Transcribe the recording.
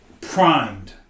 primed